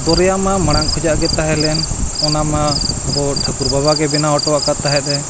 ᱫᱚᱨᱭᱟ ᱢᱟ ᱢᱟᱲᱟᱝ ᱠᱷᱚᱱᱟᱜ ᱜᱮ ᱛᱟᱦᱮᱸ ᱞᱮᱱ ᱚᱱᱟ ᱢᱟ ᱟᱵᱚ ᱴᱷᱟᱹᱠᱩᱨ ᱵᱟᱵᱟ ᱜᱮ ᱵᱮᱱᱟᱣ ᱦᱚᱴᱚ ᱟᱠᱟᱫ ᱛᱟᱦᱮᱸᱫ ᱮ